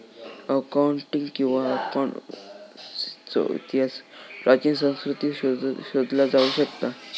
accounting किंवा अकाउंटन्सीचो इतिहास प्राचीन संस्कृतींत शोधला जाऊ शकता